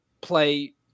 play